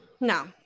No